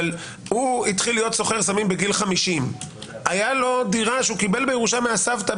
אבל הוא התחיל להיות סוחר סמים בגיל 50. קיבל מהסבתא